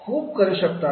खूप करत आहेत